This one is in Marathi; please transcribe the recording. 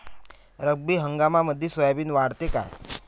रब्बी हंगामामंदी सोयाबीन वाढते काय?